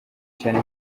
cyane